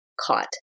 caught